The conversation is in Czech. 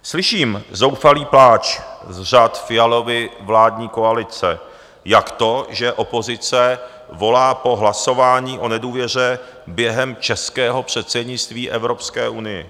Slyším zoufalý pláč z řad Fialovy vládní koalice, jak to, že opozice volá po hlasování o nedůvěře během českého předsednictví Evropské unii?